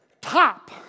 top